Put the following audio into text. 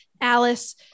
Alice